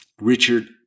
Richard